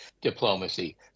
diplomacy